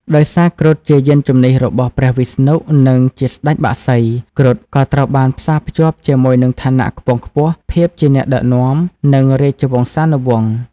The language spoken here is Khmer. ដោយសារគ្រុឌជាយានជំនិះរបស់ព្រះវិស្ណុ និងជាស្តេចបក្សី គ្រុឌក៏ត្រូវបានផ្សារភ្ជាប់ជាមួយនឹង ឋានៈខ្ពង់ខ្ពស់ ភាពជាអ្នកដឹកនាំ និង រាជវង្សានុវង្ស។